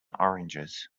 oranges